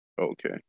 Okay